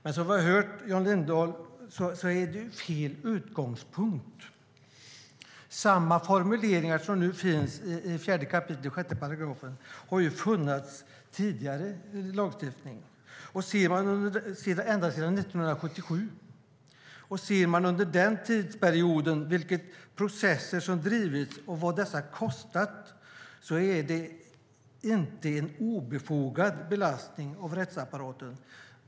Men som vi har hört Jan Lindholm säga är detta fel utgångspunkt. Samma formuleringar som nu finns i 4 kap. 6 § har funnits i tidigare lagstiftning ända sedan 1977. De processer som drivits under den tidsperioden och kostnaderna för dessa har inneburit en ansenlig belastning på rättsapparaten.